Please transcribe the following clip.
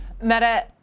meta